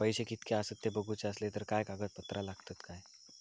पैशे कीतके आसत ते बघुचे असले तर काय कागद पत्रा लागतात काय?